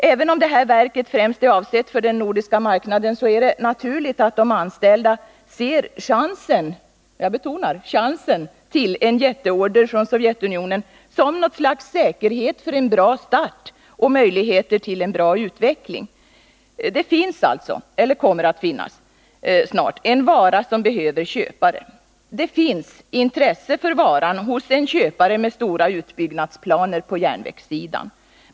Även om verket i fråga främst är avsett för den nordiska marknaden, är det naturligt att de anställda ser chansen — jag betonar ordet chansen — till en jätteorder från Sovjetunionen som säkerhet för en bra start och möjligheter tillen god utveckling. Det kommer alltså snart att finnas en vara som behöver köpare, och det finns intresse för varan hos en köpare med stora utbyggnadsplaner på järnvägssidan.